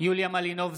יוליה מלינובסקי,